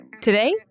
Today